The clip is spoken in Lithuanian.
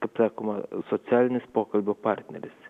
kaip sakoma socialinis pokalbio partneris